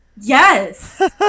Yes